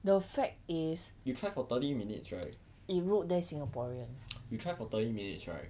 you try for thirty minutes right you try for thirty minutes right